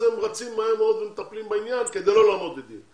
הם רצים מהר מאוד ומטפלים בעניין כדי לא לעמוד לדין.